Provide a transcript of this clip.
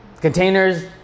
containers